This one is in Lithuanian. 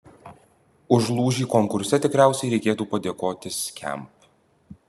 už lūžį konkurse tikriausiai reikėtų padėkoti skamp